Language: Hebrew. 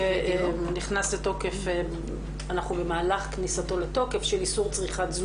שאנחנו במהלך כניסתו לתוקף.